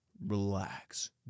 relax